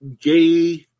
gay